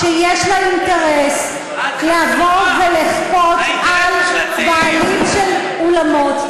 שיש לה אינטרס לכפות על בעלים של אולמות,